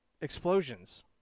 explosions